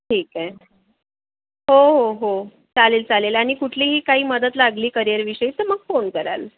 ठीक आहे हो हो हो चालेल चालेल आणि कुठलीही काही मदत लागली करिअरविषयी तर मग फोन कराल